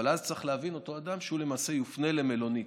אבל אז צריך להבין אותו שהוא יופנה למלונית.